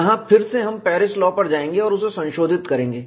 यहां फिर से हम पेरिस लॉ पर जाएंगे और उसे संशोधित करेंगे